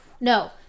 No